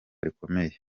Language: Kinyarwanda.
rikomeye